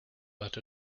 but